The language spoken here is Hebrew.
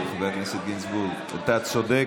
חבר הכנסת גינזבורג, אתה צודק,